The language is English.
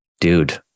dude